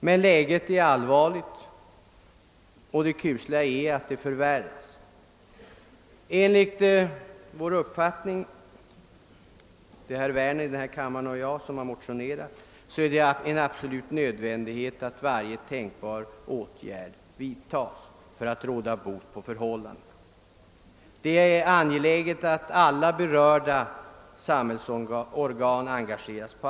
Men läget är allvarligt, och det kusliga är att det förvärras. Det är enligt min uppfattning absolut nödvändigt att varje tänkbar åtgärd vidtages för att råda bot på missförhållandena.